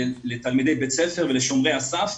לתלמידי בית הספר ולשומרי הסף.